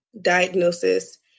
diagnosis